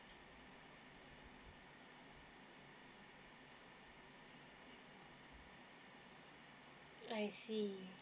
I see